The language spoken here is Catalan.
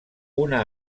una